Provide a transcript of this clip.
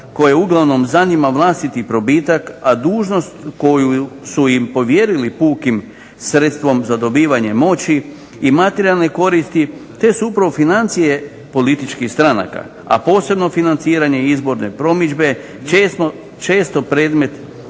koje uglavnom zanima vlastiti probitak a dužnost koju su im povjerili pukim sredstvom za dobivanje moći i materijalne koristi te su upravo financije političkih stranaka a posebno financiranje političke promidžbe često predmet